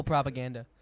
Propaganda